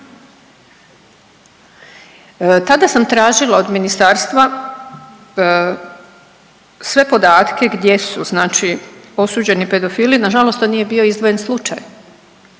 Tada sam tražila od ministarstva sve podatke gdje su znači osuđeni pedofili, nažalost to nije bio izdvojen slučaj.